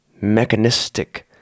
mechanistic